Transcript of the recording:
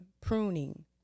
pruning